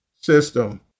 system